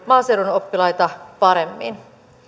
maaseudun oppilaita paremmin